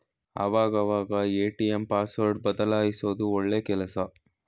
ಆವಾಗ ಅವಾಗ ATM password ಬದಲ್ಯಿಸೋದು ಒಳ್ಳೆ ಕೆಲ್ಸ